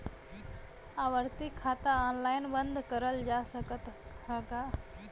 आवर्ती खाता ऑनलाइन बन्द करल जा सकत ह का?